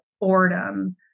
boredom